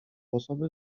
osoby